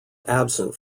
absent